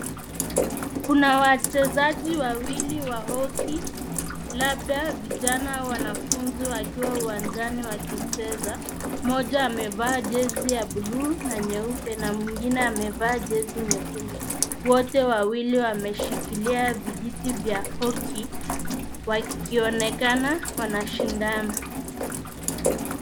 Kuna wachezaji wawili wa [c.s] Hockey labda vijana wanafunzi wakiwa uwanjani wakicheza, moja amevaa [c.s]jersey ya blue na nyeupe, mwingine amevalia [C.s] jersey nyekundu wote wawili wameshikilia vijiti vya [C.s] hockey wakionekana wanashindana.